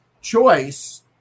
choice